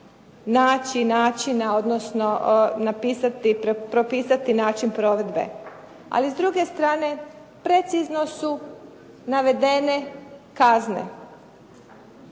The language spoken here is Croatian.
naći načina odnosno napisati, propisati način provedbe ali s druge strane precizno su navedene kazne.